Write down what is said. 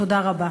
תודה רבה.